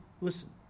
listen